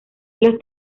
los